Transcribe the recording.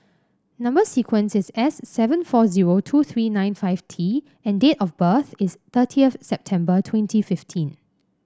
number sequence is S seven four zero two three nine five T and date of birth is thirtieth September twenty fifteen